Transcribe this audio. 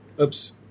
oops